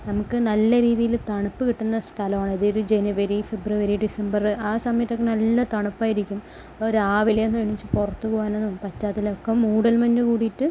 നമുക്ക് നല്ല രീതിയില് തണുപ്പ് കിട്ടുന്ന സ്ഥലമാണ് ഇതൊരു ജനുവരി ഫെബ്രുവരി ഡിസംബർ ആ സമയത്തൊക്കെ നല്ല തണുപ്പായിരിക്കും അപ്പോൾ രാവിലെയൊന്നും എണീച്ചു പുറത്തു പോകാനൊന്നും പറ്റില്ല അപ്പോൾ മൂടൽമഞ്ഞ് മൂടീട്ട്